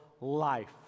life